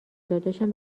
داداشم